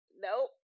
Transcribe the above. Nope